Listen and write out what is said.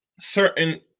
certain